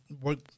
work